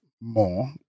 more